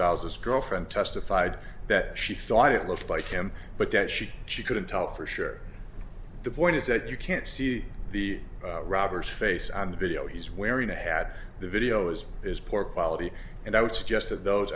gonzalez's girlfriend testified that she thought it looked like him but that should she couldn't tell for sure the point is that you can't see the robbers face on the video he's wearing a hat the video is is poor quality and i would suggest that those